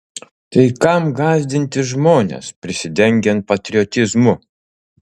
tai kam gąsdinti žmones prisidengiant patriotizmu